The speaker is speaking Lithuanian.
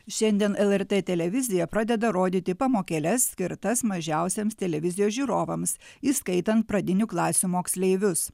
šiandien lrt televizija pradeda rodyti pamokėles skirtas mažiausiems televizijos žiūrovams įskaitant pradinių klasių moksleivius